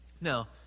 Now